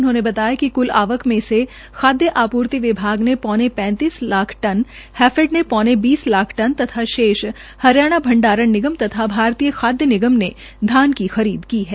उन्होंने बताया कि कूल आवक में से खाद्य आपूर्ति विभाग ने पौने पैंतीस लाख टन हैफेड ने पौने बीस लाख टन तथा शेष हरियाणा भंडारण निगम और भारतीय खाद्य निगम ने धान की खरीद की है